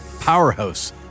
powerhouse